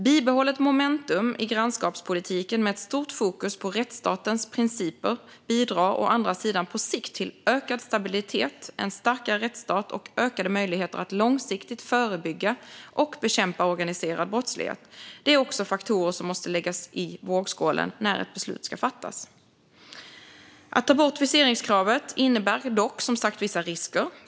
Bibehållet momentum i grannskapspolitiken, med ett stort fokus på rättsstatens principer, bidrar å andra sidan på sikt till ökad stabilitet, en starkare rättsstat och ökade möjligheter att långsiktigt förebygga och bekämpa organiserad brottslighet. Det är också faktorer som måste läggas i vågskålen när ett beslut ska fattas. Att ta bort viseringskravet innebär dock som sagt vissa risker.